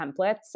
templates